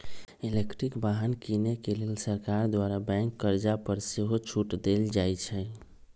electric वाहन किने के लेल सरकार द्वारा बैंक कर्जा पर सेहो छूट देल जाइ छइ